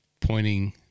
pointing